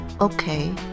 okay